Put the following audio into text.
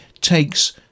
takes